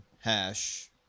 hash